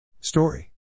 STORY